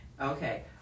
Okay